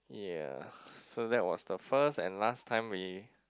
ya so that was the first and last time we